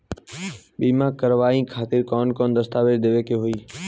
बीमा करवाए खातिर कौन कौन दस्तावेज़ देवे के होई?